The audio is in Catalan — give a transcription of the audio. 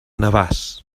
navàs